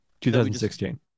2016